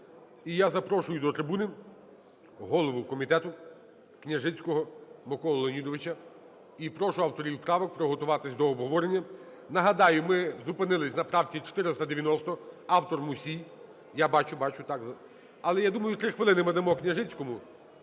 І я запрошую до трибуни голову комітетуКняжицького Миколу Леонідовича, і прошу авторів правок приготуватися до обговорення. Нагадаю, ми зупинились на правці 490, автор – Мусій. Я бачу, бачу. Але, я думаю, три хвилини ми дамо Княжицькому,